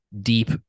deep